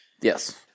Yes